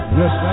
yes